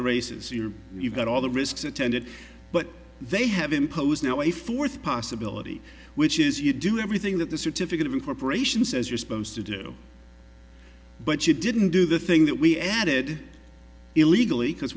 the races you're you've got all the risks attendant but they have imposed now a fourth possibility which is you do everything that the certificate of incorporation says you're supposed to do but you didn't do the thing that we added illegally because